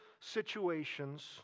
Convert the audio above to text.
situations